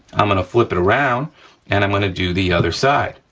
i'm gonna flip it around and i'm gonna do the other side,